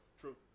true